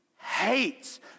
hates